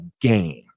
game